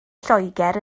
lloegr